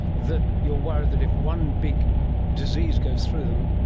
that you're worried that if one big disease goes through them,